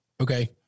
okay